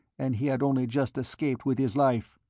and he had only just escaped with his life.